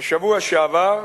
בשבוע שעבר,